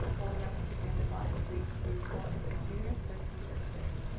while the rest of the branyard lot is free to sophomores and juniors, first come, first serve.